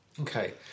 Okay